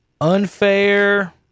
unfair